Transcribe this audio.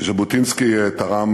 ז'בוטינסקי תרם